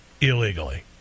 illegally